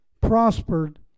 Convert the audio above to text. prospered